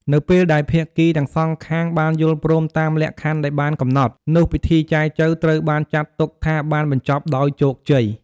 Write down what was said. នៅពេលដែលភាគីទាំងសងខាងបានយល់ព្រមតាមលក្ខខណ្ឌដែលបានកំណត់ នោះពិធីចែចូវត្រូវបានចាត់ទុកថាបានបញ្ចប់ដោយជោគជ័យ។